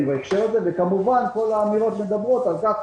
כמובן כל האמירות מדברות על כך